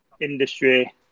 industry